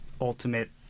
ultimate